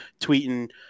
tweeting